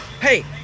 hey